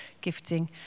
gifting